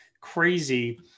crazy